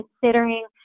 considering